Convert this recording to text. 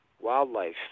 Wildlife